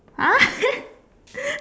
!huh!